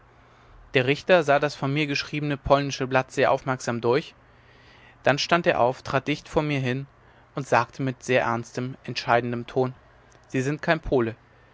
der richter sah das von mir geschriebene polnische blatt sehr aufmerksam durch dann stand er auf trat dicht vor mir hin und sagte mit sehr ernstem entscheidendem ton sie sind kein pole